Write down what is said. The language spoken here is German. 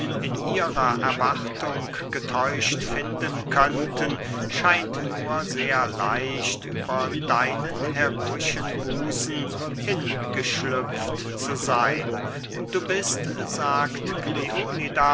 in ihrer erwartung getäuscht finden könnten scheint nur sehr leicht über deinen heroischen busen hingeschlüpft zu seyn du bist sagt